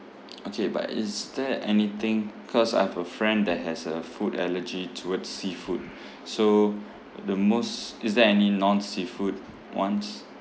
okay but is there anything cause I have a friend that has a food allergy toward seafood so the most is there any non seafood ones